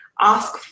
ask